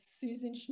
Susan